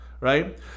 right